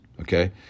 okay